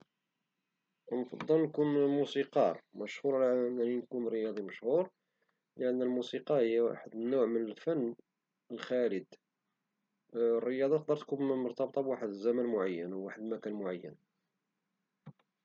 نفضل نكون موسيقار مشهور على انني نكون رياضي مشهور لان الموسيقى هي واحد النوع من الفن الخالد الرياضة كتكون مرتبطة بواحد الزمن معين او واحد المكان معين